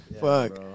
Fuck